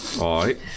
right